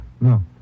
No